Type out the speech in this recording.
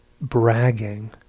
bragging